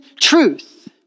truth